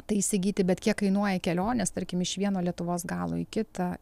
tai įsigyti bet kiek kainuoja kelionės tarkim iš vieno lietuvos galo į kitą